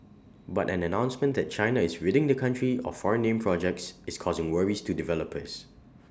but an announcement that China is ridding the country of foreign name projects is causing worries to developers